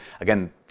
Again